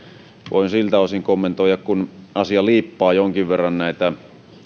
voin siltä osin kommentoida kun asia liippaa jonkin verran näitä